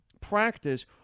practice